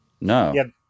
No